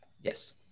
Yes